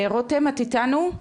רותם, את איתנו?